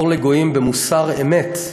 אור לגויים במוסר אמת,